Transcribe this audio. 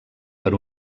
per